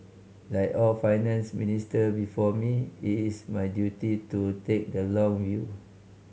like all Finance Minister before me it is my duty to take the long view